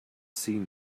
seen